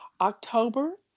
October